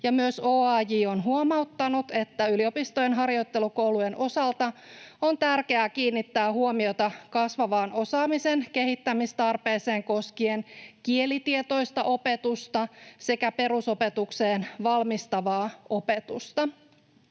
myös OAJ on huomauttanut, että yliopistojen harjoittelukoulujen osalta on tärkeää kiinnittää huomiota kasvavaan osaamisen kehittämistarpeeseen koskien kielitietoista opetusta sekä perusopetukseen valmistavaa opetusta.